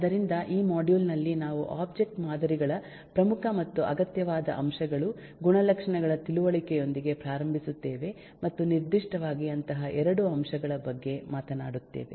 ಆದ್ದರಿಂದ ಈ ಮಾಡ್ಯೂಲ್ ನಲ್ಲಿ ನಾವು ಒಬ್ಜೆಕ್ಟ್ ಮಾದರಿಗಳ ಪ್ರಮುಖ ಮತ್ತು ಅಗತ್ಯವಾದ ಅಂಶಗಳು ಗುಣಲಕ್ಷಣಗಳ ತಿಳುವಳಿಕೆಯೊಂದಿಗೆ ಪ್ರಾರಂಭಿಸುತ್ತೇವೆ ಮತ್ತು ನಿರ್ದಿಷ್ಟವಾಗಿ ಅಂತಹ 2 ಅಂಶಗಳ ಬಗ್ಗೆ ಮಾತನಾಡುತ್ತವೆ